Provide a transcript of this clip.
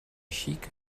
xic